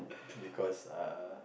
because uh